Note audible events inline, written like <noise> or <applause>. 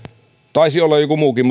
taisi olla joku muukin <unintelligible>